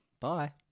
Bye